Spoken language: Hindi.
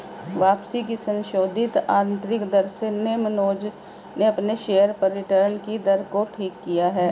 वापसी की संशोधित आंतरिक दर से मनोज ने अपने शेयर्स पर रिटर्न कि दर को ठीक किया है